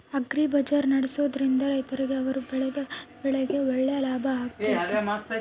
Agri bazaar ನಡೆಸ್ದೊರಿಂದ ರೈತರಿಗೆ ಅವರು ಬೆಳೆದ ಬೆಳೆಗೆ ಒಳ್ಳೆ ಲಾಭ ಆಗ್ತೈತಾ?